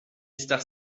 estar